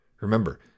Remember